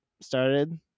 started